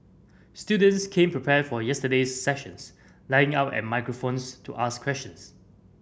students came prepared for yesterday's sessions lining up at microphones to ask questions